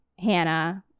Hannah